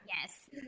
Yes